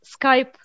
Skype